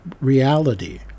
reality